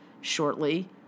shortly